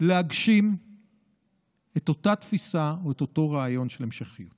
להגשים את אותה תפיסה או את אותו רעיון של המשכיות.